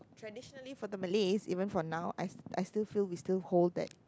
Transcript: traditionally for the Malays even for now I I still feel we still hold that